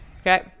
Okay